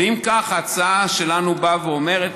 אם כך, ההצעה שלנו באה ואומרת: